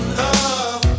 love